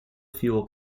fuel